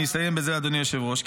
אסיים בזה, אדוני היושב-ראש.